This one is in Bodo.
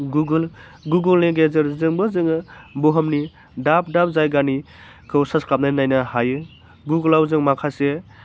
गुगलनि गेजेरजोंबो जोङो बुहुमनि दाब दाब जायगानिखौ सार्च खालामनानै नायनो हायो गुगलाव जों माखासे